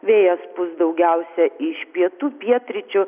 vėjas pūs daugiausia iš pietų pietryčių